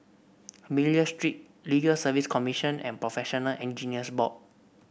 Miller Street Legal Service Commission and Professional Engineers Board